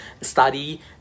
study